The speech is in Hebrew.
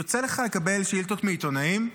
יוצא לך לקבל שאילתות מעיתונאים?